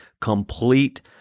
complete